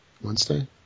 Wednesday